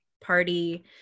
party